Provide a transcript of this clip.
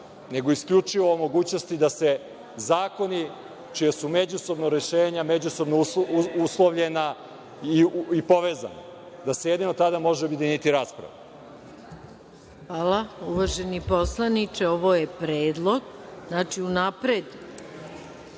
nego isključivo o mogućnosti da se zakoni čija su međusobna rešenja međusobno uslovljena i povezana, da se jedino tada može objediniti rasprava. **Maja Gojković** Hvala, uvaženi poslaniče. Ovo je predlog. Znači, unapred